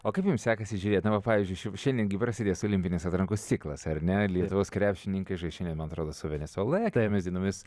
o kaip jums sekasi žiūrėt na va pavyzdžiui šiandien prasidės olimpinės atrankos ciklas ar ne lietuvos krepšininkai žais šiandien man atrodo su venesuela kitomis dienomis